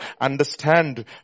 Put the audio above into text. understand